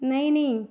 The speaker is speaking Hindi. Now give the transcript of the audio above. नहीं नहीं